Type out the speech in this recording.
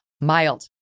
mild